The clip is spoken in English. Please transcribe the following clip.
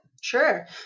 Sure